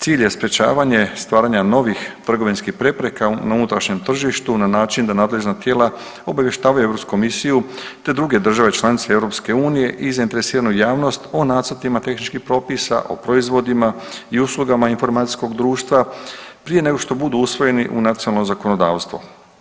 Cilj je sprječavanje stvaranja novih trgovinskih prepreka na unutrašnjem tržištu na način da nadležna tijela obavještavaju Europsku komisiju te druge države članice EU i zainteresiranu javnost o nacrtima tehničkih propisa, o proizvodima i uslugama informacijskog društva prije nego što budu usvojeni u nacionalno zakonodavstvo.